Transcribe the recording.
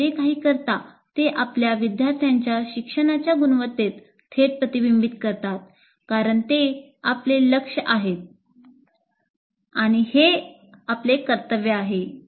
आपण जे काही करता ते आपल्या विद्यार्थ्यांच्या शिक्षणाच्या गुणवत्तेत थेट प्रतिबिंबित करतात कारण ते आपले लक्ष्य आहेत आणि ते आपले कर्तव्य आहे